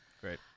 Great